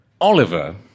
Oliver